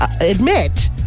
admit